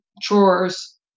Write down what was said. chores